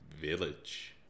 Village